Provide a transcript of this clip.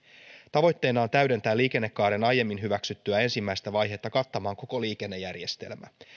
tavoitteena on täydentää liikennekaaren aiemmin hyväksyttyä ensimmäistä vaihetta kattamaan koko liikennejärjestelmä